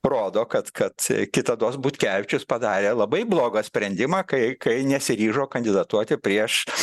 rodo kad kad kitados butkevičius padarė labai blogą sprendimą kai kai nesiryžo kandidatuoti prieš